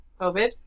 covid